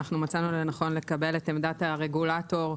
מצאנו לנכון לקבל את עמדת הרגולטור,